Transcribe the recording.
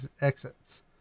exits